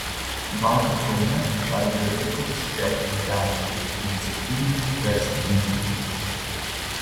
vakar kaune žalgirio reikalus vėl gvildeno ir iniciatyvinė verslininkų grupė